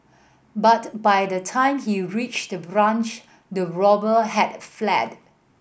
but by the time he reached the branch the robber had fled